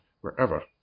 wherever